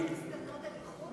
מסקנות על איחוד?